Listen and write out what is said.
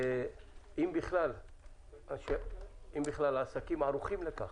ואם בכלל עסקים ערוכים לכך,